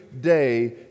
day